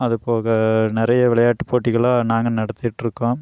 அதுபோக நிறைய விளையாட்டு போட்டிகளும் நாங்கள் நடத்திட்டுருக்கோம்